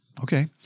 okay